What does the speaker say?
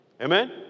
Amen